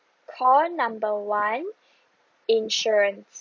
call number one insurance